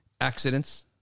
accidents